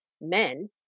Men